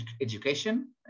education